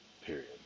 period